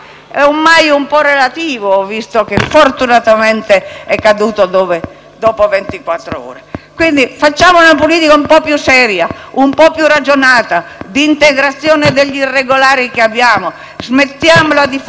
quindi una politica un po' più seria, un po' più ragionata, di integrazione degli irregolari che abbiamo. Smettiamola di foraggiare dittatori di tutte le stampe e risme.